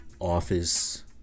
office